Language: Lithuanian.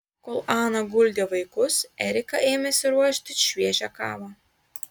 kol ana guldė vaikus erika ėmėsi ruošti šviežią kavą